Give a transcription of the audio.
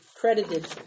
credited